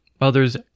Others